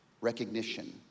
recognition